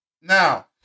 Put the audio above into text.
Now